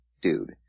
dude